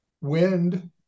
wind